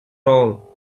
all